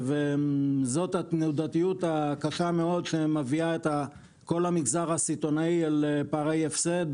זו התנודתיות הקשה מאוד שמביאה את כל המגזר הסיטונאי לפערי הפסד.